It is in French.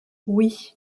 oui